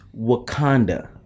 Wakanda